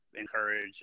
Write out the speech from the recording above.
encourage